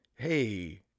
hey